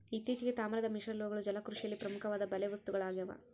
ಇತ್ತೀಚೆಗೆ, ತಾಮ್ರದ ಮಿಶ್ರಲೋಹಗಳು ಜಲಕೃಷಿಯಲ್ಲಿ ಪ್ರಮುಖವಾದ ಬಲೆ ವಸ್ತುಗಳಾಗ್ಯವ